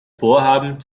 vorhaben